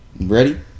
Ready